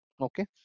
Okay